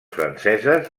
franceses